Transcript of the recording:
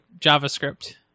JavaScript